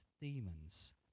demons